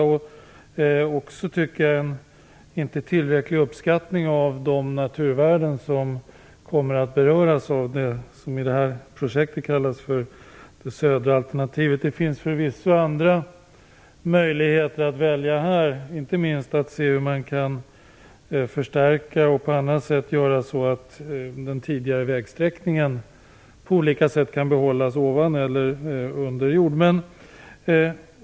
Man har inte heller gjort en tillräcklig uppskattning av de naturvärden som kommer att beröras av det alternativ som i det här projektet kallas för det södra alternativet. Det finns förvisso andra möjligheter att välja här. Inte minst kan man se över hur man kan förstärka och på annat sätt göra så att den tidigare vägsträckningen kan behållas ovan eller under jord.